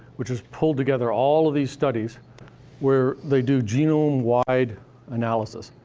which has pulled together all of these studies where they do genome-wide analysis,